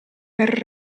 per